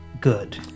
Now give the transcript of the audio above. Good